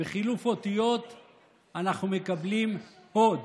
בחילוף אותיות אנחנו מקבלים הוד,